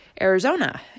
Arizona